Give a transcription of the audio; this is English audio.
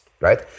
right